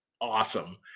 awesome